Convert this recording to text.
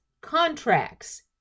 contracts